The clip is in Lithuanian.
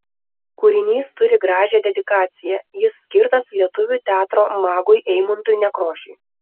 kūrinys turi gražią dedikaciją jis skirtas lietuvių teatro magui eimuntui nekrošiui